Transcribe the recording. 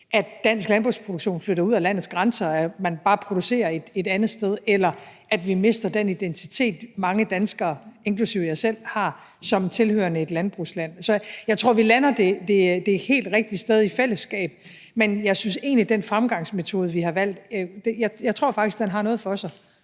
at dansk landbrugsproduktion flytter ud af landet, og at man bare producerer et andet sted, eller at vi mister den identitet, mange danskere inklusive jeg selv har, som tilhørende et landbrugsland. Så jeg tror, vi lander det helt rigtige sted i fællesskab, men jeg tror faktisk, at den fremgangsmetode, vi har valgt, har noget for sig.